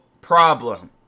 problem